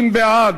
30 בעד,